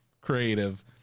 creative